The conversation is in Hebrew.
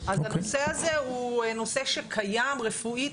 אז הנושא הזה הוא נושא שקיים רפואית,